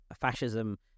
fascism